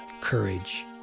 courage